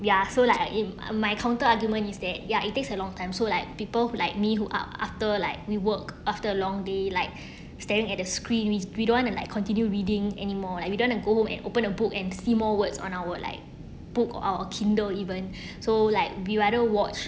ya so like uh in uh my counter argument is that ya it takes a long time so like people who like me who a~ after like we work after a long day like staring at the screen we we don't want to like continue reading anymore like we don't want to go home and open a book and see more words on our like book or or kindle even so like we rather watch